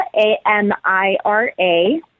A-M-I-R-A